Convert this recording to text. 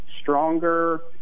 stronger